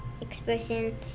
expression